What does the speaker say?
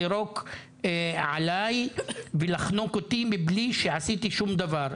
לירוק עליי ולחנוק אותי מבלי שעשיתי שום דבר,